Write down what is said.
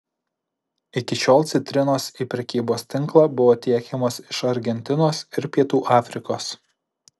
iki šiol citrinos į prekybos tinklą buvo tiekiamos iš argentinos ir pietų afrikos